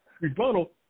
rebuttal